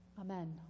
Amen